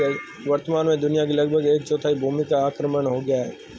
वर्तमान में दुनिया की लगभग एक चौथाई भूमि का अवक्रमण हो गया है